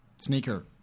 sneaker